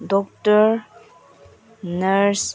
doctor nurse